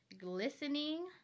glistening